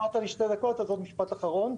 עוד משפט אחרון.